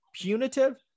punitive